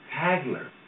Hagler